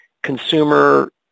consumer